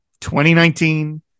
2019